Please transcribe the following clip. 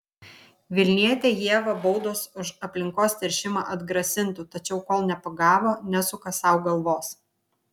vilnietę ievą baudos už aplinkos teršimą atgrasintų tačiau kol nepagavo nesuka sau galvos